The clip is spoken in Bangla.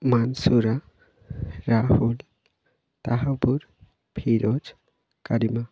মানসুরা রাহ্পুর তাহাপুর ফিরোজ কারিমা